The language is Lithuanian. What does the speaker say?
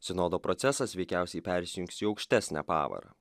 sinodo procesas veikiausiai persijungs į aukštesnę pavarą